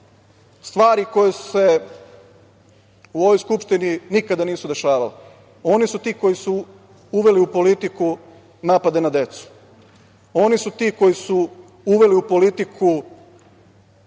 stvari koje su se u ovoj Skupštini nikada nisu se dešavale, oni su ti koji su uveli u politiku napade na decu, oni su ti koji su uveli u politiku pretnje